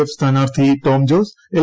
F സ്ഥാനാർത്ഥി Tom Jose L